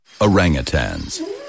Orangutans